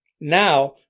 now